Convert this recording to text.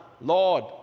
Lord